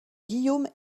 guillaume